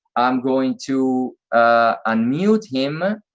i'm going to ah unmute him,